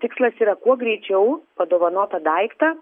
tikslas yra kuo greičiau padovanotą daiktą